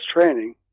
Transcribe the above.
training